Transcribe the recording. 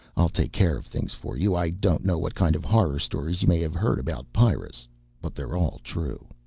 i'll take care of things for you. i don't know what kind of horror stories you may have heard about pyrrus but they're all true.